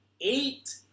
eight